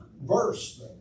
verse